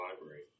Library